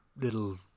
little